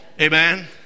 Amen